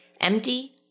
empty